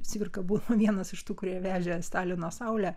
cvirka buvo vienas iš tų kurie vežė stalino saulę